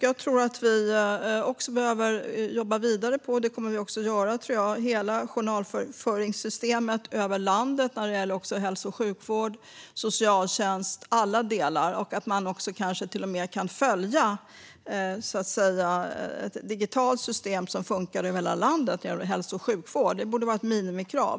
Jag tror att vi också behöver jobba vidare på hela journalföringssystemet över landet när det gäller hälso och sjukvård, socialtjänst och alla andra delar och att man kanske till och med kan följa upp med ett digitalt system som funkar över hela landet inom hälso och sjukvård. Det borde vara ett minimikrav.